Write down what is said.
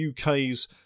UK's